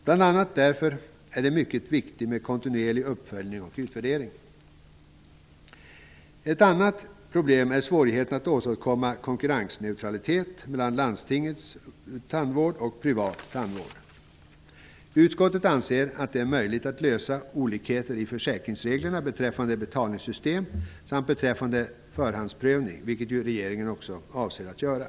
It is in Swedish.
Bl.a. därför är det mycket viktigt med kontinuerlig uppföljning och utvärdering. Ett annat problem är svårigheten att åstadkomma konkurrensneutralitet mellan landstingets tandvård och privat tandvård. Utskottet anser att det är möjligt att komma till rätta med olikheter i försäkringsreglerna beträffande betalningssystem samt beträffande förhandsprövning, vilket ju regeringen också avser att göra.